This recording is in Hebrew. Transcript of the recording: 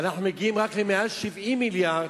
אנחנו מגיעים רק למעל 70 מיליארד,